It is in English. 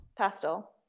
Pastel